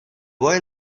boy